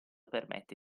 permette